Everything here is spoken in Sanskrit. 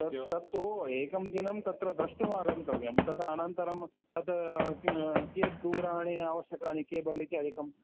तत् तत्तु एकं दिनं तत्र द्रषृम् आगन्तव्यम् तथा अनन्तरमपि तत् कीयत् दूराणि आवश्यकानि केबल् इत्यादिकम्